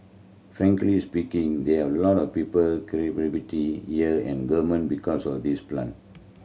frankly speaking they have a lot of people credibility here in government because of these plant